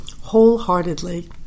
Wholeheartedly